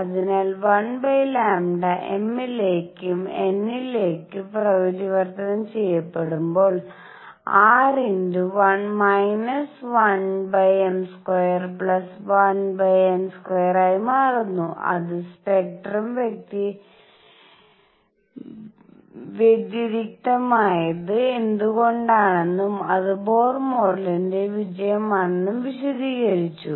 അതിനാൽ 1 λ m ലേക്ക് n ലേക്ക് പരിവർത്തനം ചെയ്യപ്പെടുമ്പോൾ R−1m²1n² ആയി മാറുന്നു അത് സ്പെക്ട്രം വ്യതിരിക്തമായത് എന്തുകൊണ്ടാണെന്നും അത് ബോർ മോഡലിന്റെ വിജയമാണെന്നും വിശദീകരിച്ചു